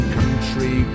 country